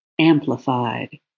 amplified